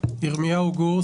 ירמיהו גור,